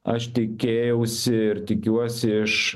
aš tikėjausi ir tikiuosi iš